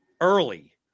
early